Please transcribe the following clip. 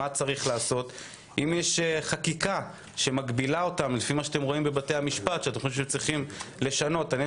והאם אתם חושבים שיש חקיקה שמגבילה אתכם ואתם חושבים שצריך לשנות אותה.